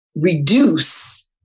reduce